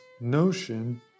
notion